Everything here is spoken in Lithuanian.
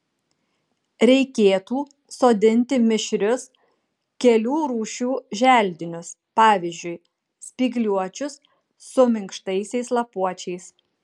reikėtų sodinti mišrius kelių rūšių želdinius pavyzdžiui spygliuočius su minkštaisiais lapuočiais